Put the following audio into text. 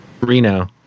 Reno